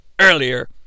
earlier